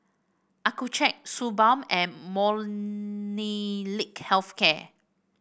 Accucheck Suu Balm and Molnylcke Health Care